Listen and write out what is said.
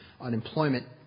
unemployment